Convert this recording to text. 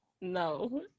No